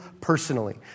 personally